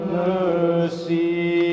mercy